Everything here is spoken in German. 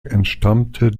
entstammte